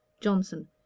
Johnson